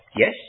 Yes